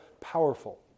powerful